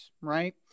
right